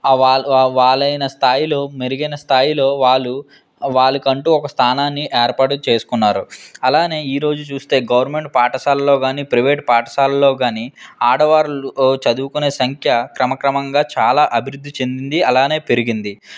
ఆ వాళ్ళు అయిన స్థాయిలో మెరుగైన స్థాయిలో వాళ్ళు వాళ్ళకంటు ఒక స్థానాన్ని ఏర్పాటు చేసుకున్నారు అలానే ఈరోజు చూస్తే గవర్నమెంట్ పాఠశాలలో కానీ ప్రైవేట్ పాఠశాలలో కానీ ఆడవాళ్ళు చదువుకునే సంఖ్య క్రమక్రమంగా చాలా అభివృద్ధి చెంది అలానే పెరిగింది